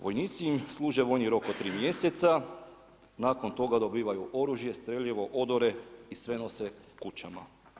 Vojnici im služe vojni rok od 3 mjeseca, nakon toga dobivaju oružje, streljivo, odore i sve nose kućama.